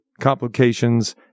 complications